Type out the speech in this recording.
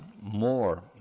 more